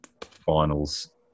finals